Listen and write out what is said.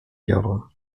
piorun